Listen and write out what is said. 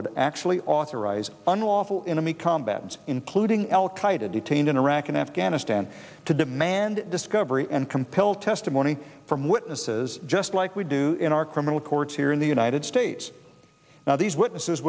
would actually authorize unlawful enemy combatants including al qaeda detained in iraq and afghanistan to demand discovery and compel testimony from witnesses just like we do in our criminal courts here in the united states these witnesses